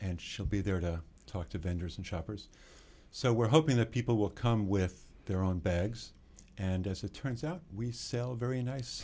and she'll be there to talk to vendors and shoppers so we're hoping that people will come with their own bags and as it turns out we sell very nice